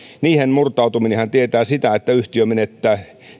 niihin murtautuminenhan tietää sitä että yhtiö menettää